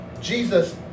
Jesus